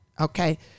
Okay